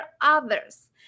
others